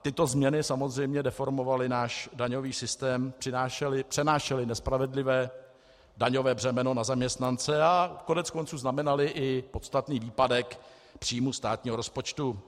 Tyto změny samozřejmě deformovaly náš daňový systém, přenášely nespravedlivé daňové břemeno na zaměstnance a koneckonců znamenaly i podstatný výpadek příjmu státního rozpočtu.